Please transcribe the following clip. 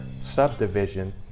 subdivision